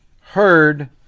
heard